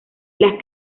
las